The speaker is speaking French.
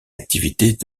activités